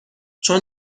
چون